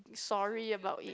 sorry about it